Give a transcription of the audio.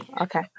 okay